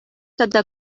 тата